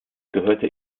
gehörte